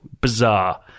bizarre